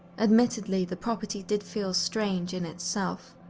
admittedly, the property did feel strange in itself,